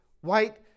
white